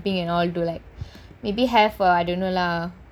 maybe have uh I don't know lah